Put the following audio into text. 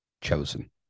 chosen